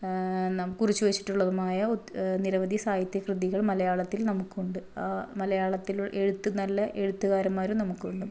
നാം കുറിച്ച് വെച്ചിട്ടുള്ളതുമായ നിരവധി സാഹിത്യ കൃതികൾ മലയാളത്തിൽ നമുക്ക് ഉണ്ട് മലയാളത്തിൽ എഴുത്ത് നല്ല എഴുത്തുകാരന്മാരും നമുക്കുണ്ട്